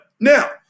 Now